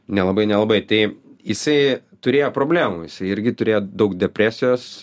nelabai nelabai tai jisai turėjo problemų jisai irgi turėjo daug depresijos